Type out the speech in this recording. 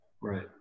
right